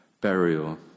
burial